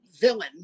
villain